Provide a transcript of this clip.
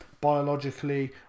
biologically